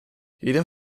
jedem